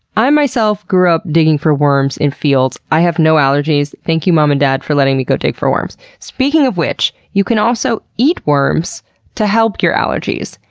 i myself grew up digging for worms in fields. i have no allergies. thank you, mom and dad, for letting me go dig for worms. speaking of which, you can also eat worms to help your allergies.